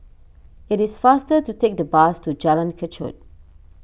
it is faster to take the bus to Jalan Kechot